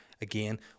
Again